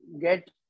get